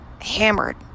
hammered